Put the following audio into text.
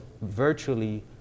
virtually